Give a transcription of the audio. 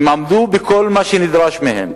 הם עמדו בכל מה שנדרש מהם.